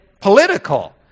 political